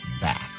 back